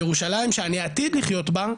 וירושלים שאני עתיד לחיות בה,